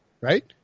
right